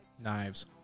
Knives